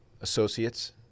associates